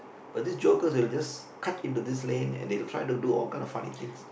but these jokers will just cut into this lane and they will try to do all kind of funny things